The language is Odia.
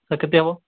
ସେ କେତେ ହେବ